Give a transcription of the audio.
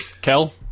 Kel